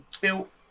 built